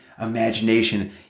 imagination